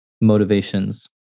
motivations